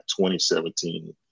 2017